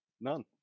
None